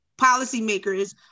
policymakers